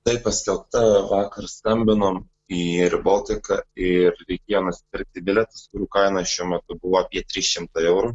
taip pasielgta vakar skambinom į eir boltiką ir kiekvienas pirkti bilietus kurių kaina šiuo metu buvo apie trys šimtai eurų